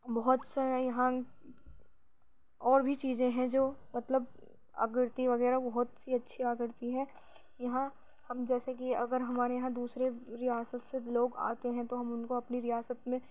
بہت سارے یہاں اور بھی چیزیں ہیں جو مطلب آکرتی وغیرہ بہت سی اچھی آکرتی ہے یہاں ہم جیسے کہ اگر ہمارے یہاں دوسرے ریاست سے لوگ آتے ہیں تو ہم ان کو اپنی ریاست میں